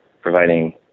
providing